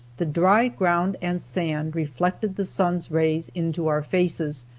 the dry ground and sand reflected the sun's rays into our faces,